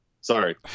Sorry